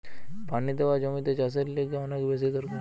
পানি দেওয়া জমিতে চাষের লিগে অনেক বেশি দরকার